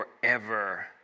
forever